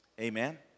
Amen